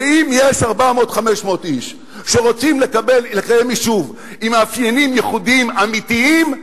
ואם יש 400 500 איש שרוצים לקיים יישוב עם מאפיינים ייחודיים אמיתיים,